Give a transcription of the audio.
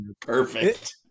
Perfect